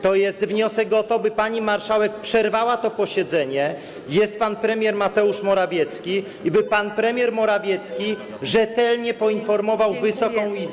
To jest wniosek o to, by pani marszałek przerwała to posiedzenie - jest pan premier Mateusz Morawiecki - i by pan premier Morawiecki rzetelnie poinformował Wysoką Izbę.